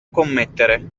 commettere